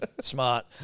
Smart